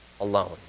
alone